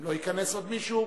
אם לא ייכנס עוד מישהו,